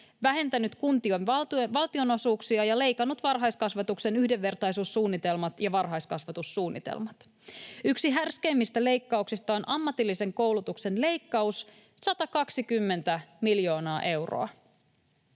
vähentänyt kuntien valtionosuuksia ja leikannut varhaiskasvatuksen yhdenvertaisuussuunnitelmat ja varhaiskasvatussuunnitelmat. Yksi härskeimmistä leikkauksista on ammatillisen koulutuksen leikkaus, 120 miljoonaa euroa.